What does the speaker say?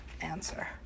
answer